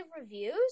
reviews